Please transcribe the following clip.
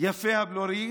יפי הבלורית,